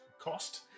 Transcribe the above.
cost